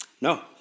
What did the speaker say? No